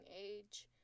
age